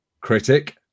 critic